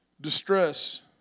distress